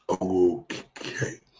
Okay